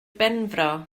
benfro